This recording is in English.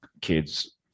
kids